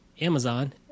Amazon